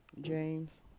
James